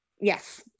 Yes